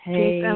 Hey